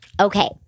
Okay